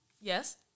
yes